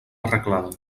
arreglada